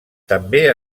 també